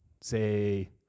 say